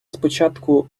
спочатку